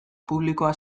publikoa